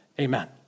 amen